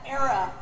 era